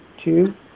two